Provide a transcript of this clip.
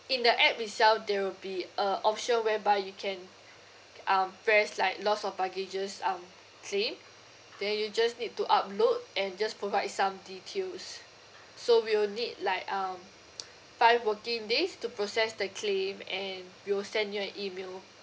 in the app itself there will be a option whereby you can uh press like loss of baggage um claim then you just need to upload and just provide some details so we'll need like um five working days to process the claim and we'll send you an email